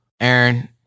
Aaron